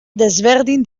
desberdin